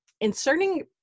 inserting